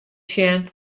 sjen